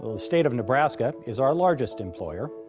the state of nebraska is our largest employer.